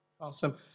Awesome